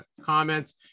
comments